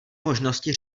možnosti